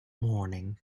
morning